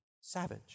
savage